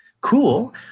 Cool